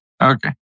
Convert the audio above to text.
Okay